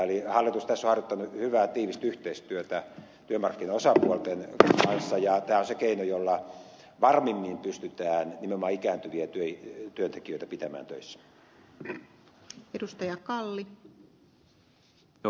eli hallitus tässä on harjoittanut hyvää tiivistä yhteistyötä työmarkkinaosapuolten kanssa ja tämä on se keino jolla varmimmin pystytään nimenomaan ikääntyviä työntekijöitä pitämään töissä